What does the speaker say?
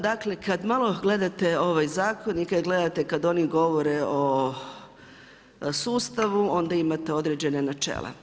Dakle, kad malo gledate ovaj zakon i kad gledate kad oni govore o sustavu onda imate određena načela.